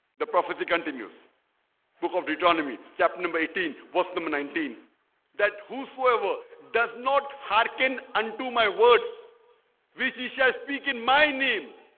the prophecy continues book of deuteronomy chapter number eighteen was the me nineteen that whosoever does not hearken unto my words which he shall speak in my name,